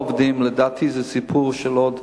לדעתי זה סיפור של עוד,